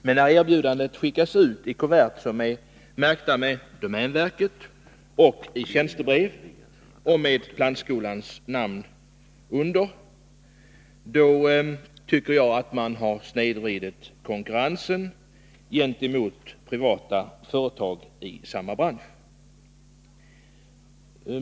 Men när erbjudandena skickas ut som tjänstebrev i kuvert, märkta med domänverkets namn och därunder plantskolans namn, tycker jag att konkurrensen har snedvridits gentemot privata företag i samma bransch.